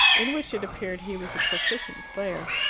in which, it appeared, he was a proficient player.